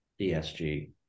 ESG